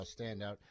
standout